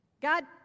God